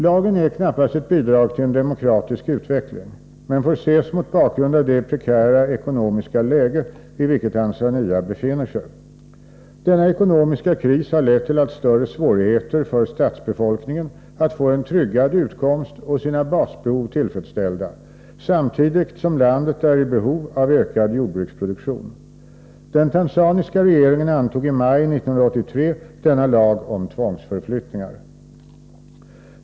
Lagen är knappast ett bidrag till en demokratisk utveckling men får ses mot bakgrund av det prekära ekonomiska läge i vilket Tanzania befinner sig. Denna ekonomiska kris har lett till allt större svårigheter för stadsbefolkningen att få en tryggad utkomst och sina basbehov tillfredsställda samtidigt som landet är i behov av ökad jordbruksproduktion. Den tanzaniska regeringen antog i maj 1983 denna lag om tvångsförflyttningar.